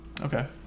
Okay